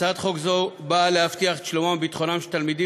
הצעת חוק זו באה להבטיח את שלומם וביטחונם של תלמידים